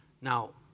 Now